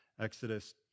Exodus